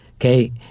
okay